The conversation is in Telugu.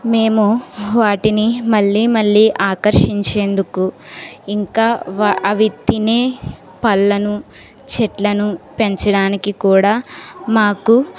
మేము వాటిని మళ్ళీ మళ్లీ ఆకర్షించేందుకు ఇంకా అవి తినే పండ్లను చెట్లను పెంచడానికి కూడా మాకు